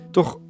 Toch